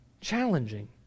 challenging